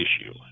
issue